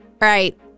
right